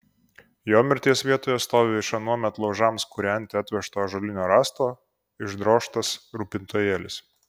jo mirties vietoje stovi iš anuomet laužams kūrenti atvežto ąžuolinio rąsto išdrožtas rūpintojėlis